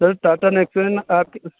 سر Tata Nexon آپ کے